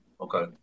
Okay